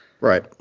Right